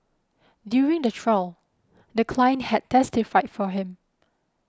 during the trial the client had testified for him